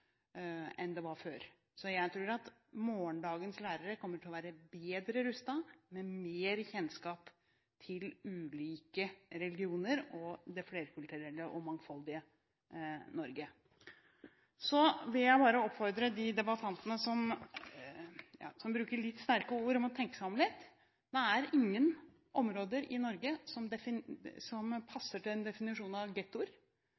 enn før. Så jeg tror at morgendagens lærere kommer til å være bedre rustet, med mer kjennskap til ulike religioner og det flerkulturelle og mangfoldige Norge. Så vil jeg bare oppfordre de debattantene som bruker litt sterke ord, om å tenke seg om litt. Det er ingen områder i Norge som passer til definisjonen «gettoer». Det er ingen områder i Norge som